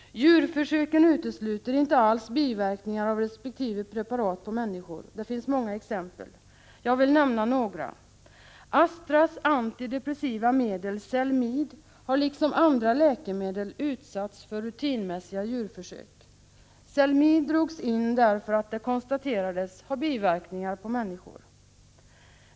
Djurförsöken utesluter inte alls biverkningar av resp. preparat på människor. Det finns många exempel — låt mig nämna några. Astras antidepressiva medel Zelmid har liksom andra läkemedel utsatts för rutinmässiga djurförsök. Zelmid drogs in därför att det konstaterades ha biverkningar på människor.